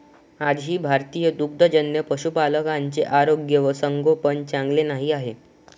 आजही भारतीय दुग्धजन्य पशुपालकांचे आरोग्य व संगोपन चांगले नाही आहे